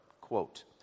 quote